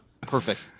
perfect